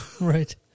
Right